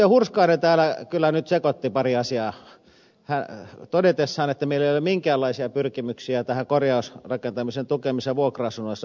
hurskainen täällä kyllä nyt sekoitti pari asiaa todetessaan että meillä ei ole minkäänlaisia pyrkimyksiä tähän korjausrakentamisen tukemiseen vuokra asunnoissa